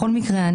בכל מקרה,